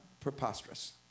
preposterous